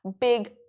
big